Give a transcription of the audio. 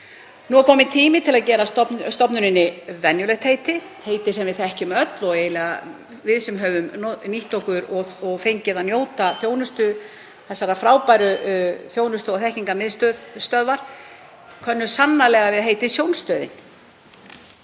Það er kominn tími til að gefa stofnuninni venjulegt heiti, heiti sem við þekkjum öll og við sem höfum fengið að njóta þjónustu þessarar frábæru þjónustu- og þekkingarmiðstöðvar könnumst sannarlega við heitið Sjónstöðin.